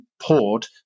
poured